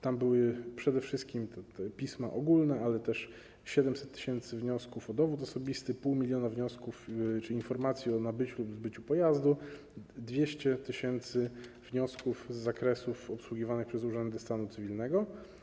Tam były kierowane przede wszystkim pisma ogólne, ale też 700 tys. wniosków o dowód osobisty, 0,5 mln wniosków czy informacji o nabyciu lub zbyciu pojazdu, 200 tys. wniosków z zakresów obsługiwanych przez urzędy stanu cywilnego.